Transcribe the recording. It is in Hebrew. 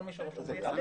את זה אנחנו יודעים.